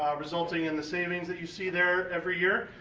um resulting in the savings that you see there every year.